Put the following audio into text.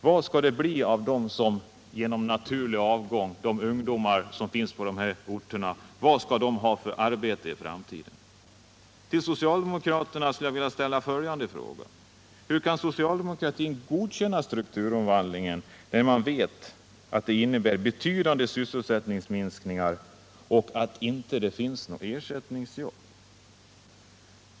Vad skall de ungdomar som finns på de här orterna ha för jobb i framtiden, när det inte blir några arbeten genom naturlig avgång? Till socialdemokraterna skulle jag vilja ställa följande frågor: Hur kan socialdemokratin godkänna strukturomvandlingen, när man vet att det innebär betydande sysselsättningsminsk ningar och att det inte finns några ersättningsjobb?